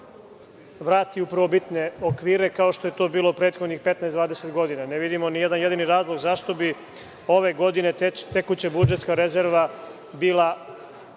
vrati u prvobitne okvire kao što je to bila prethodni 15, 20 godina. Ne vidimo ni jedan jedini razlog zašto bi ove godine tekuća budžetska rezerva bila